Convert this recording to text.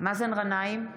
מאזן גנאים,